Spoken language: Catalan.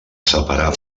separar